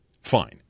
fine